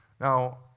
Now